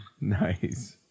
Nice